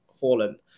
Holland